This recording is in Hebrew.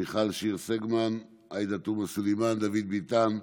מיכל שיר סגמן, עאידה תומא סלימאן, דוד ביטן,